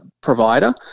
provider